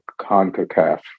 CONCACAF